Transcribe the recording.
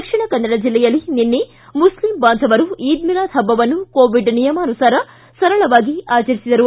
ದಕ್ಷಿಣ ಕನ್ನಡ ಜಿಲ್ಲೆಯಲ್ಲಿ ನಿನ್ನೆ ಮುಸ್ಲಿಂ ಬಾಂಧವರು ಈದ್ ಮಿಲಾದ್ ಪಬ್ಜವನ್ನು ಕೋವಿಡ್ ನಿಯಮಾನುಸಾರ ಸರಳವಾಗಿ ಆಚರಿಸಿದರು